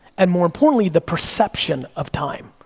and more importantly, the perception of time,